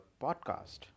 Podcast